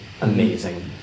amazing